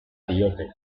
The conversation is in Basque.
diote